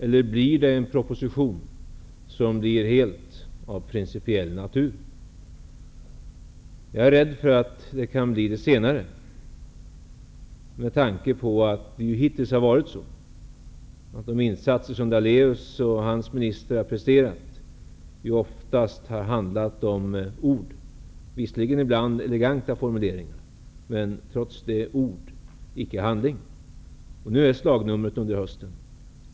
Eller kommer det att vara en proposition helt av principiell natur? Jag är rädd för att det kan bli det senare. Det har ju hittills varit så. De insatser som Lennart Daléus och hans ministrar har presterat har oftast bara handlat om ord. Det har ibland visserligen varit fråga om eleganta formuleringar, men det har ändock varit fråga om ord och inte handling.